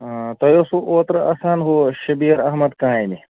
تۅہہِ اوسوٕ اوترٕ آسان ہُہ شبیٖر احمد کامہِ